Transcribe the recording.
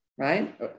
Right